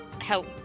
help